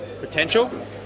potential